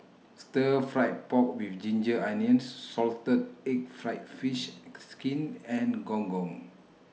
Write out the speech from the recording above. Stir Fried Pork with Ginger Onions Salted Egg Fried Fish Skin and Gong Gong